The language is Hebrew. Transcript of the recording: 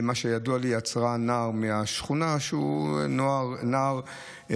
ידוע לי שהיא עצרה נער מהשכונה שההתנהלות שלו